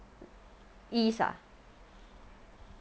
east ah